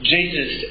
Jesus